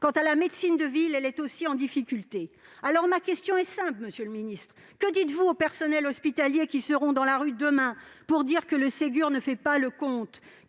Quant à la médecine de ville, elle est aussi en difficulté. Aussi, ma question est simple, monsieur le ministre : que dites-vous aux personnels hospitaliers qui seront dans la rue demain pour dire que le Ségur ne fait pas le compte ?